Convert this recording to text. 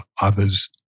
others